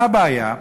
מה הבעיה?